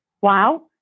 Wow